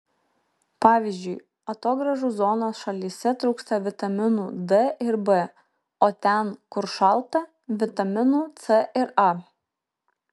pavyzdžiui atogrąžų zonos šalyse trūksta vitaminų d ir b o ten kur šalta vitaminų c ir a